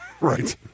Right